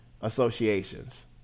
associations